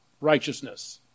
righteousness